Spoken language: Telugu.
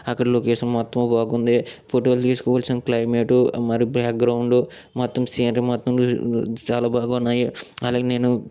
అక్కడ లొకేషన్ మొత్తం బాగుంది ఫోటోలు తీసుకోవాల్సిన క్లైమెటు మరి బ్యాగ్రౌండు మొత్తం సీనరీ మొత్తం చాలా బాగున్నాయి అలాగే నేను